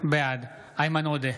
בעד איימן עודה,